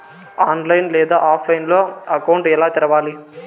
online లేదా ఆఫ్లైన్లో account ఎలా తెరవాలి